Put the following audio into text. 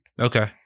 okay